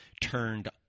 turned